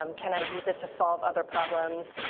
um can i use it to solve other problems?